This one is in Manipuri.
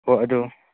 ꯍꯣꯏ ꯑꯗꯨ